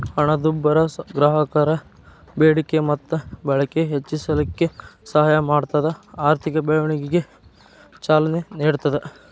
ಹಣದುಬ್ಬರ ಗ್ರಾಹಕರ ಬೇಡಿಕೆ ಮತ್ತ ಬಳಕೆ ಹೆಚ್ಚಿಸಲಿಕ್ಕೆ ಸಹಾಯ ಮಾಡ್ತದ ಆರ್ಥಿಕ ಬೆಳವಣಿಗೆಗ ಚಾಲನೆ ನೇಡ್ತದ